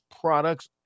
products